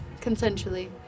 consensually